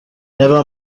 never